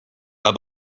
bye